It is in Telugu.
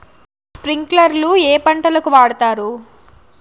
స్ప్రింక్లర్లు ఏ పంటలకు వాడుతారు?